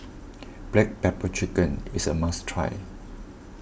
Black Pepper Chicken is a must try